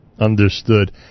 Understood